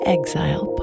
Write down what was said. Exile